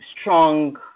strong